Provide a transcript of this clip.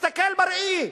תסתכל בראי.